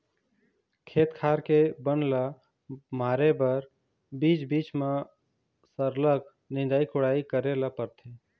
खेत खार के बन ल मारे बर बीच बीच म सरलग निंदई कोड़ई करे ल परथे